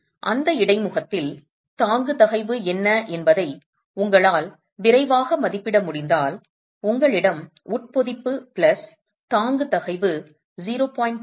எனவே அந்த இடைமுகத்தில் தாங்கு தகைவு என்ன என்பதை உங்களால் விரைவாக மதிப்பிட முடிந்தால் உங்களிடம் உட்பொதிப்பு பிளஸ் தாங்கு தகைவு 0